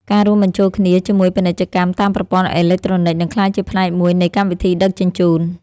ការរួមបញ្ចូលគ្នាជាមួយពាណិជ្ជកម្មតាមប្រព័ន្ធអេឡិចត្រូនិច នឹងក្លាយជាផ្នែកមួយនៃកម្មវិធីដឹកជញ្ជូន។